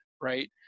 right